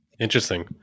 Interesting